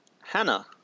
Hannah